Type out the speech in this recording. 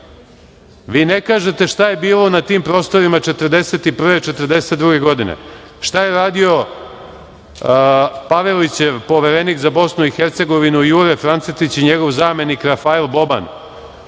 ne kažete šta je bilo na tim prostorima 1941, 1942. godine, šta su radili Pavelićev poverenik za BiH Jure Francetić i njegov zamenik Rafael Boban